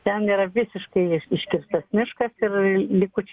ten yra visiškai iš iškirstas miškas ir likučiai